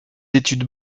études